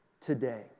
today